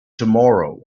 tomorrow